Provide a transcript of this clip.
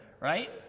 Right